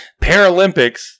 Paralympics